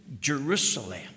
Jerusalem